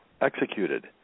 executed